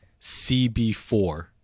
CB4